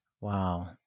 Wow